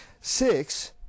six